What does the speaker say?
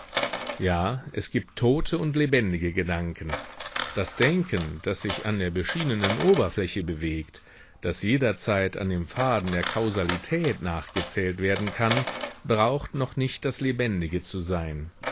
ja es gibt tote und lebendige gedanken das denken das sich an der beschienenen oberfläche bewegt das jederzeit an dem faden der kausalität nachgezählt werden kann braucht noch nicht das lebendige zu sein